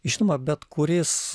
žinoma bet kuris